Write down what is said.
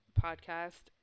podcast